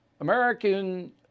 American